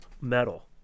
metal